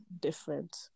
different